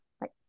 right